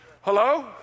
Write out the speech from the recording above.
Hello